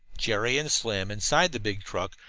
jerry and slim, inside the big truck,